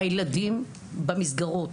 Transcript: הילדים במסגרות,